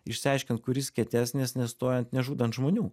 išsiaiškint kuris kietesnis nestojant nežudant žmonių